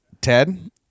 Ted